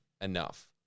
enough